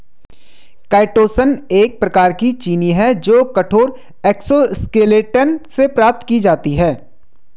chitosan एक प्रकार की चीनी है जो कठोर एक्सोस्केलेटन से प्राप्त की जाती है